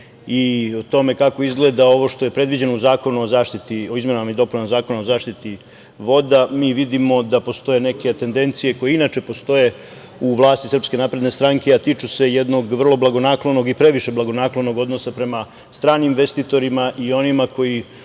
i o tome kako izgleda ovo što je predviđeno u izmenama i dopunama Zakona o zaštiti voda mi vidimo da postoje neke tendencije, koje inače postoje u vlasti SNS, a tiču se jednog vrlo blagonaklonog i previše blagonaklonog odnosa prema stranim investitorima i onima koji,